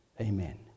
Amen